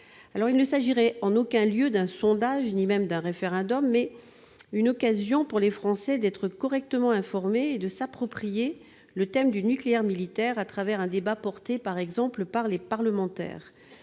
Il ne s'agirait en aucun lieu d'un sondage ni même d'un référendum. Ce serait une occasion pour les Français d'être correctement informés et de s'approprier le thème du nucléaire militaire au travers d'un débat porté, par exemple, par les parlementaires.